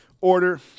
Order